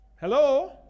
Hello